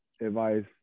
advice